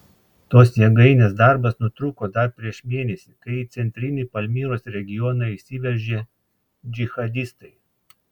tos jėgainės darbas nutrūko dar prieš mėnesį kai į centrinį palmyros regioną įsiveržė džihadistai